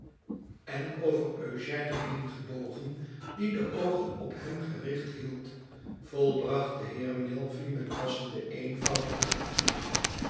en over eugène heengebogen die de oogen op hem gericht hield volbracht de heer milvey met passenden eenvoud de plechtigheid